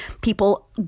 people